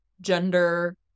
gender